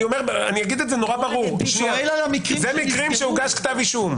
אני אגיד את זה נורא ברור: אלה מקרים שבהם הוגש כתב אישום.